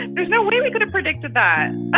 and there's no way we could've predicted um